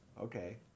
okay